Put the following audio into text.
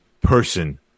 person